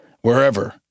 Wherever